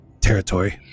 territory